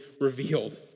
revealed